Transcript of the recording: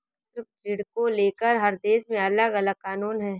छात्र ऋण को लेकर हर देश में अलगअलग कानून है